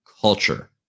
culture